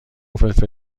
فلفل